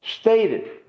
stated